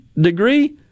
degree